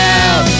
out